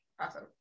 awesome